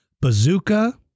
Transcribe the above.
bazooka